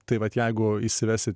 tai vat jeigu įsivesi